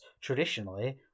traditionally